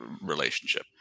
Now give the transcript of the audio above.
relationship